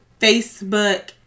Facebook